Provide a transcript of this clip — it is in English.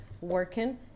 working